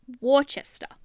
Worcester